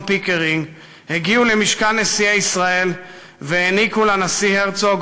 פיקרינג הגיעו למשכן נשיאי ישראל והעניקו לנשיא הרצוג